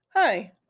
Hi